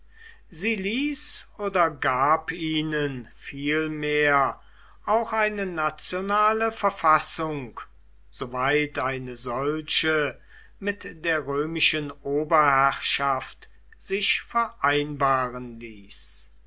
oder gab ihnen vielmehr auch eine nationale verfassung soweit eine solche mit der römischen oberherrschaft sich vereinbaren ließ